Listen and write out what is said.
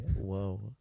Whoa